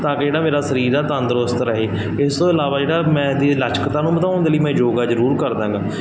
ਤਾਂ ਜਿਹੜਾ ਮੇਰਾ ਸਰੀਰ ਆ ਤੰਦਰੁਸਤ ਰਹੇ ਇਸ ਤੋਂ ਇਲਾਵਾ ਜਿਹੜਾ ਮੈਂ ਜੇ ਲਚਕਤਾ ਨੂੰ ਵਧਾਉਣ ਦੇ ਲਈ ਮੈਂ ਯੋਗਾ ਜ਼ਰੂਰ ਕਰਦਾ ਗਾ